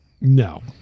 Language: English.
No